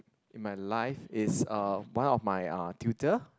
in my life is uh one of my uh tutor